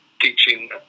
teaching